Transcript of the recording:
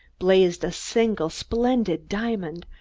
blazed a single splendid diamond,